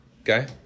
Okay